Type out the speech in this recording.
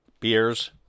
beers